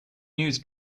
news